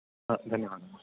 अ धन्यवादा महोदय